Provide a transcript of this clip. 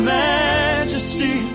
majesty